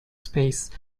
space